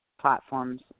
platforms